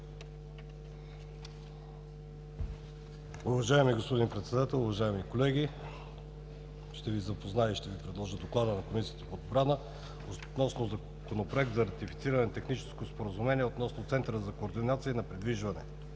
Уважаеми господин Председател, уважаеми колеги, ще Ви запозная и ще Ви предложа: „ДОКЛАД на Комисията по отбраната относно Законопроект за ратифициране на Техническото споразумение относно Центъра за координация на придвижването